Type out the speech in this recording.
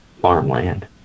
farmland